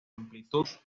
amplitud